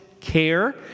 Care